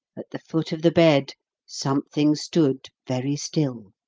at the foot of the bed something stood very still,